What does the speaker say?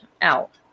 out